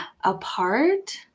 Apart